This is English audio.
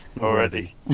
Already